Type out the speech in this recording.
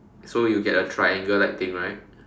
so you get a triangle like thing right